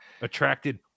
attracted